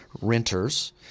renters